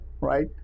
right